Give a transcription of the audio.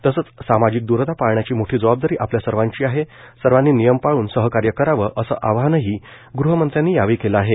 तसंच सामाजिक द्रता पाळण्याची मोठी जबाबदारी आपल्या सर्वांची आहे सर्वांनी नियम पाळून सहकार्य करावं असं आवाहनही गृहमंत्र्यांनी केलं आहे